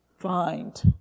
find